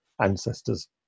ancestors